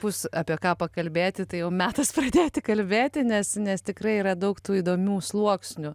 bus apie ką pakalbėti tai jau metas pradėti kalbėti nes nes tikrai yra daug tų įdomių sluoksnių